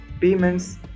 payments